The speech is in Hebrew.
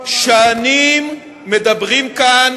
שנים מדברים כאן